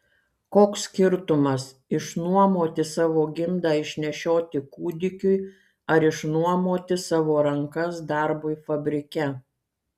koks skirtumas išnuomoti savo gimdą išnešioti kūdikiui ar išnuomoti savo rankas darbui fabrike